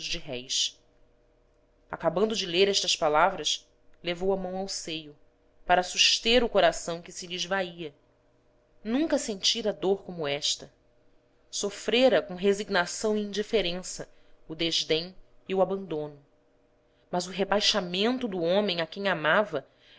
réis acabando de ler estas palavras levou a mão ao seio para suster o coração que se lhe esvaía nunca sentira dor como esta sofrera com resignação e indiferença o desdém e o abandono mas o rebaixamento do homem a quem amava